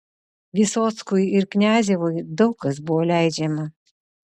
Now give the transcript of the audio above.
vysockui ir kniazevui daug kas buvo leidžiama